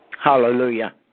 Hallelujah